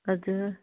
हजुर